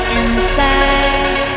inside